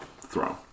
throne